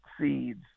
seeds